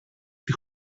στη